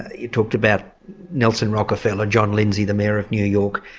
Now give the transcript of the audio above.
you talked about nelson rockefeller, john lindsay the mayor of new york.